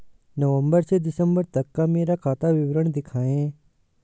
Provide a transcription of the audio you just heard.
नवंबर से दिसंबर तक का मेरा खाता विवरण दिखाएं?